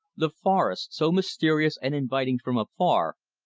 the forest, so mysterious and inviting from afar,